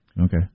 Okay